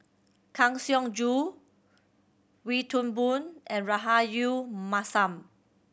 Kang Siong Joo Wee Toon Boon and Rahayu Mahzam